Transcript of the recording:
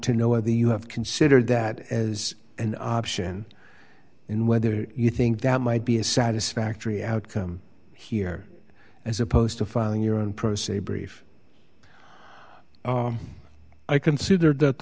to know whether you have considered that as an option and whether you think that might be a satisfactory outcome here as opposed to filing your own pro se brief i considered that